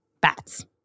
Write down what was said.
Bats